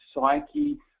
psyche